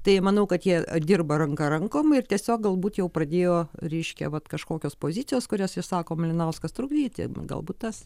tai manau kad jie ar dirba ranka rankon ir tiesiog galbūt jau pradėjo ryškią vat kažkokios pozicijos kurias išsako malinauskas trukdyti galbūt tas